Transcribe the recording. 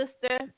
sister